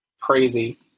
crazy